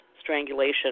strangulation